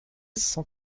cent